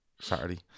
Saturday